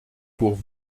pour